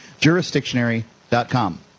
Jurisdictionary.com